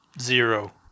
zero